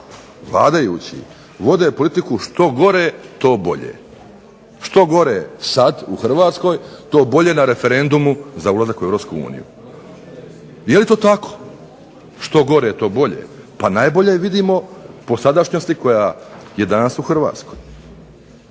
vladajući vode politiku što gore to bolje. Što gore sada u Hrvatskoj, to bolje na referendumu za ulazak u Europsku uniju. Je li to tako? Pa najbolje vidimo po sadašnjosti koja je danas u Hrvatskoj.